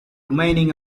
remaining